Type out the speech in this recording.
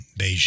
Beijing